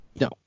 No